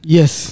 yes